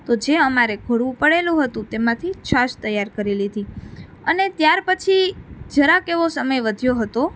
તો જે અમારે ઘોળવું પડેલું હતું તેમાંથી છાશ તૈયાર કરી લીધી અને ત્યાર પછી જરાક એવો સમય વધ્યો હતો